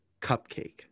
cupcake